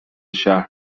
شهر